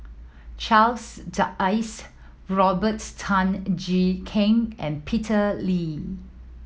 Charles Dyce Robert Tan Jee Keng and Peter Lee